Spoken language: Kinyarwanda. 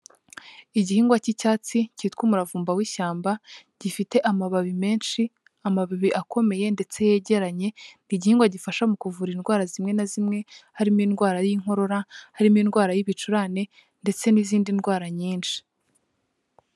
Igihingwa cy'icyatsi cyitwa umuravumba w'ishyamba gifite amababi menshi, amababi akomeye ndetse yegeranye. Ni igihingwa gifasha mu kuvura indwara zimwe na zimwe harimo indwara y'inkorora, harimo indwara y'ibicurane, ndetse n'izindi ndwara nyinshi.